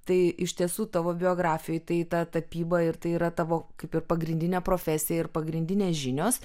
tai iš tiesų tavo biografijoj tai ta tapyba ir tai yra tavo kaip ir pagrindinė profesija ir pagrindinės žinios